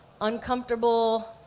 uncomfortable